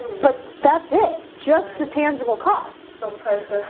but that's it. just the tangible cost. so pressure